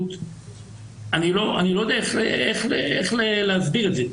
אני לא יודע איך להסביר את זה.